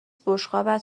بشقابت